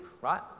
right